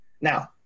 Now